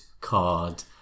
card